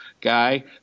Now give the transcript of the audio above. guy